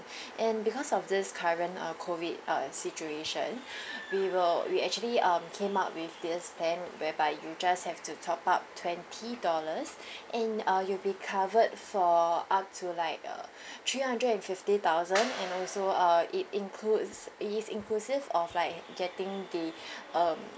and because of this current uh COVID uh situation we will we actually um came up with this plan whereby you just have to top up twenty dollars and uh you'll be covered for up to like uh three hundred and fifty thousand and also uh it includes it is inclusive of like getting the um